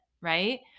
right